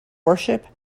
worship